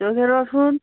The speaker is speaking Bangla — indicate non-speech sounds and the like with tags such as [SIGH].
[UNINTELLIGIBLE] ওষুধ